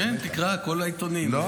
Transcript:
כן, תקרא, כל העיתונים.